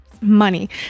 money